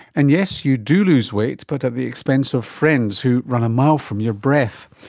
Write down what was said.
and yes, you do lose weight, but at the expense of friends who run a mile from your breath.